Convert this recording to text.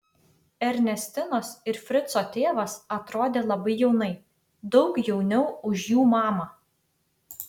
ernestinos ir frico tėvas atrodė labai jaunai daug jauniau už jų mamą